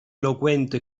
eloquente